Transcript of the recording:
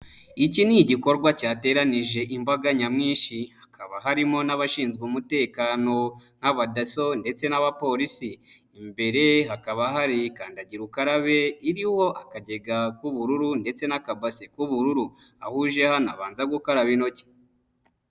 Iki ni igikorwa cyateranije imbaga nyamwinshi hakaba harimo n'abashinzwe umutekano nk'Abadaso ndetse n'Abapolisi, imbere hakaba hari kandagira ukarabe iriho akagega k'ubururu ndetse n'akabasi k'ubururu, aho uje banza gukaraba intoki.